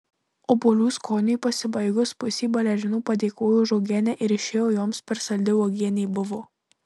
obuolių skoniui pasibaigus pusė balerinų padėkojo už uogienę ir išėjo joms per saldi uogienė buvo